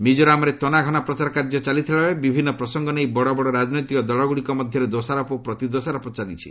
ମିଜୋରାମ୍ରେ ତନାଘନା ପ୍ରଚାର କାର୍ଯ୍ୟ ଚାଲିଥିଲାବେଳେ ବିଭିନ୍ନ ପ୍ରସଙ୍ଗ ନେଇ ବଡ଼ ବଡ଼ ରାଜନୈତିକ ଦଳଗୁଡ଼ିକ ମଧ୍ୟରେ ଦୋଷାରୋପ ଓ ପ୍ରତିଦୋଷାରୋପ ଚଳେଇଛନ୍ତି